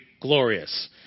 glorious